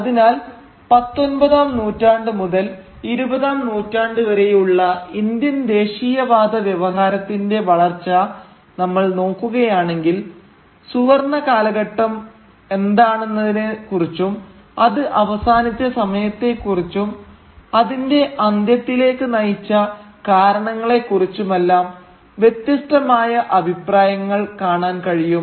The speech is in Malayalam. അതിനാൽ പത്തൊമ്പതാം നൂറ്റാണ്ട് മുതൽ ഇരുപതാം നൂറ്റാണ്ട് വരെയുള്ള ഇന്ത്യൻ ദേശീയവാദ വ്യവഹാരത്തിന്റെ വളർച്ച നമ്മൾ നോക്കുകയാണെങ്കിൽ സുവർണ്ണകാലഘട്ടം എന്താണെന്നതിനെ കുറിച്ചും അത് അവസാനിച്ച സമയത്തെ കുറിച്ചും അതിന്റെ അന്ത്യത്തിലേക്ക് നയിച്ച കാരണങ്ങളെക്കുറിച്ചുമെല്ലാം വ്യത്യസ്തമായ അഭിപ്രായങ്ങൾ കാണാൻ കഴിയും